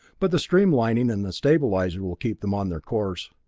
but the streamlining and the stabilizer will keep them on their course.